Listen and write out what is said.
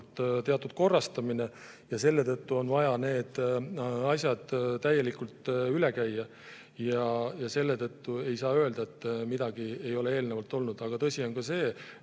teatud korrastamine. Selle tõttu on vaja need asjad täielikult üle käia. Ei saa öelda, et midagi ei ole eelnevalt olnud. Aga tõsi on ka see,